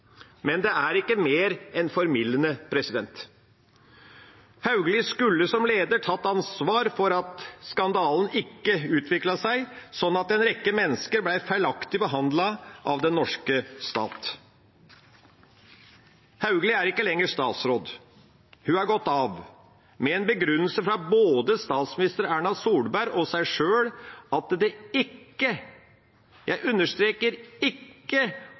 men det er ikke mer enn formildende. Hauglie skulle som leder tatt ansvar for at skandalen ikke utviklet seg sånn at en rekke mennesker ble feilaktig behandlet av den norske stat. Hauglie er ikke lenger statsråd. Hun er gått av med en begrunnelse fra både statsminister Erna Solberg og seg sjøl om at det ikke – jeg understreker ikke